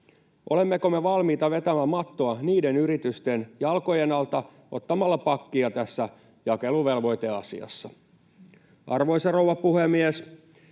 Olemmeko me valmiita vetämään mattoa niiden yritysten jalkojen alta ottamalla pakkia tässä jakeluvelvoiteasiassa? Arvoisa rouva puhemies!